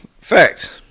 fact